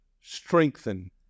strengthen